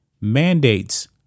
mandates